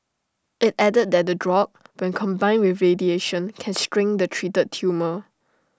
IT added that the drug when combined with radiation can shrink the treated tumour